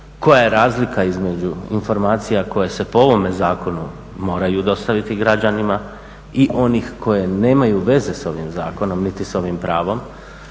koja je razlika između informacija koje se po ovome zakonu moraju dostaviti građanima i onih koje nemaju veze s ovim zakonom niti s ovim pravom